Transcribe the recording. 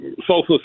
Social